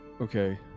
okay